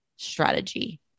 strategy